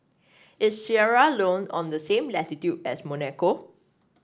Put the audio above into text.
is Sierra Leone on the same latitude as Monaco